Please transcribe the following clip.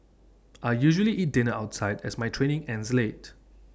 I usually eat dinner outside as my training ends late